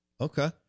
Okay